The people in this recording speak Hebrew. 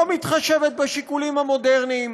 לא מתחשבת בשיקולים המודרניים